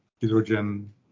hydrogen